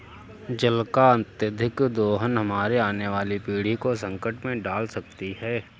जल का अत्यधिक दोहन हमारे आने वाली पीढ़ी को संकट में डाल सकती है